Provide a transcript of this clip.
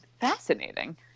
Fascinating